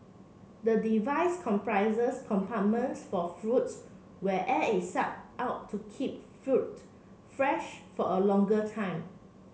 the device comprises compartments for fruits where air is sucked out to keep fruits fresh for a longer time